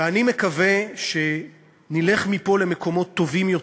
ואני מקווה שנלך מפה למקומות טובים יותר,